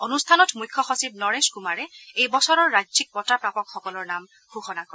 অনুষ্ঠানত মুখ্যসচিব নৰেশ কুমাৰে এই বছৰৰ ৰাজ্যিক বঁটা প্ৰাপকসকলৰ নাম ঘোষণা কৰে